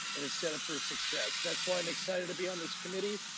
it is set up for success. that's why i'm excited to be on this committee.